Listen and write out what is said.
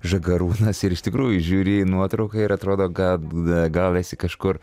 žagarūnas ir iš tikrųjų žiūri į nuotrauką ir atrodo ga gal esi kažkur